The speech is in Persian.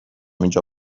اینجا